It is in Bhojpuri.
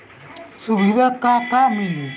सुविधा का का मिली?